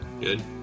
Good